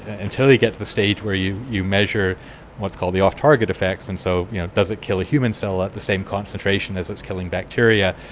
until you get to the stage where you you measure what's called the off-target effects, and so does it kill a human cell at the same concentration as it's killing bacteria,